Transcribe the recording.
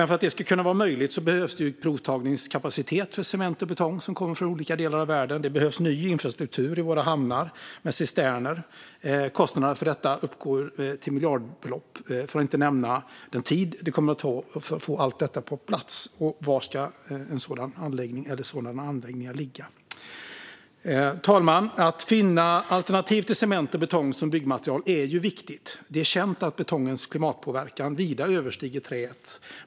För att det ska kunna vara möjligt behövs dock provtagningskapacitet för cement och betong från olika delar av världen. Det behövs ny infrastruktur i våra hamnar, med cisterner. Kostnaderna för detta uppgår till miljardbelopp, för att inte nämna den tid det kommer att ta att få allt detta på plats. Och var ska en sådan anläggning eller sådana anläggningar ligga? Fru talman! Att finna alternativ till cement och betong som byggmaterial är viktigt. Det är känt att betongens klimatpåverkan vida överstiger träets.